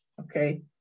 okay